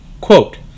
Quote